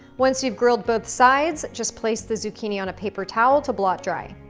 once you've grilled both sides, just place the zucchini on a paper towel to blot dry.